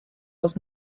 was